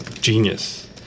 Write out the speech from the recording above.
genius